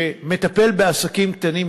שמטפל בעסקים קטנים.